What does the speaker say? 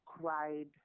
cried